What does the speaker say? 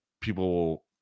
people